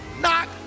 Knock